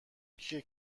کیه